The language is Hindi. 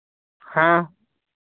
हाँ